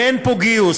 ואין פה גיוס,